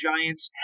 Giants